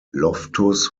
loftus